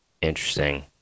interesting